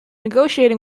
negotiating